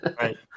Right